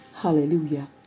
Hallelujah